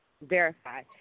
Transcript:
Verify